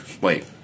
Wait